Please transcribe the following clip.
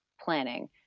planning